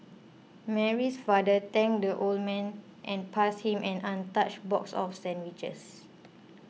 Mary's father thanked the old man and passed him an untouched box of sandwiches